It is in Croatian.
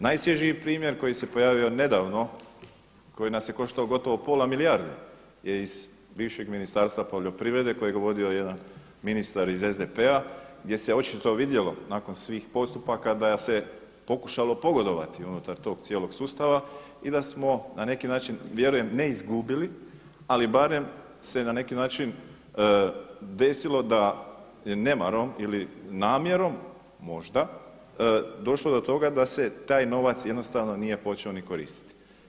Najsvježiji primjer koji se pojavio nedavno koji nas je koštao gotovo pola milijardi je iz bivšeg Ministarstva poljoprivrede kojeg je vodio jedan ministar iz SDP-a gdje se očito vidjelo nakon svih postupaka da se pokušalo pogodovati unutar tog cijelog sustava i da smo na neki način vjerujem ne izgubili, ali barem se na neki način desilo da nemarom ili namjerom možda došlo do toga da se taj novac jednostavno nije počeo niti koristiti.